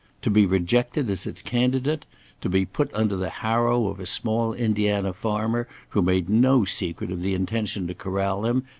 to be rejected as its candidate to be put under the harrow of a small indiana farmer who made no secret of the intention to corral him,